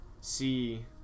see